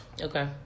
Okay